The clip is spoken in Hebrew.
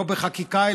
לא בחקיקה,